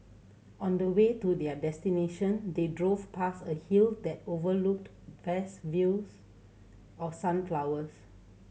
on the way to their destination they drove past a hill that overlooked vast fields of sunflowers